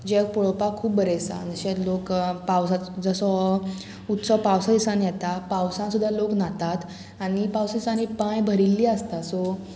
जें पळोवपाक खूब बरें आसा जशें लोक पावसाच जसो उत्सव पावस दिसांनी येता पावसान सुद्दां लोक न्हातात आनी पावसा दिसांनी बांय भरिल्लीं आसता सो